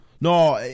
No